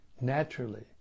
naturally